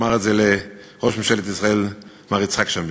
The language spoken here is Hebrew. הוא אמר את זה לראש ממשלת ישראל מר יצחק שמיר.